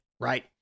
right